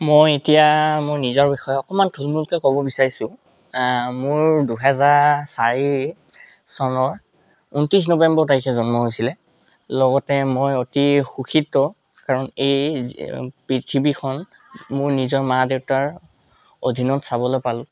মই এতিয়া মোৰ নিজৰ বিষয়ে অকণমান থুলমূলকৈ ক'ব বিচাৰিছোঁ মোৰ দুহেজাৰ চাৰি চনৰ ঊনত্ৰিছ নৱেম্বৰ তাৰিখে জন্ম হৈছিলে লগতে মই অতি সুখীত কাৰণ এই পৃথিৱীখন মোৰ নিজৰ মা দেউতাৰ অধীনত চাবলৈ পালোঁ